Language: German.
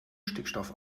stickstoff